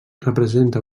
representa